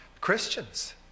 Christians